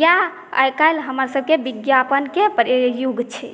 इएह आइकाल्हि हमर सबके विज्ञापनके पर युग छै